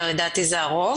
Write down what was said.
אבל לדעתי זה הרוב